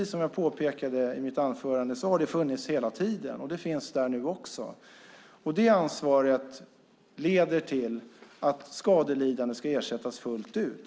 Som jag sade i mitt anförande har det funnits hela tiden, och det finns nu också. Det ansvaret leder till att skadelidande ska ersättas fullt ut.